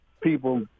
people